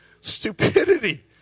Stupidity